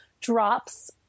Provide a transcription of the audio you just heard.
drops